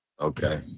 Okay